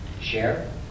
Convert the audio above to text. share